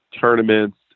tournaments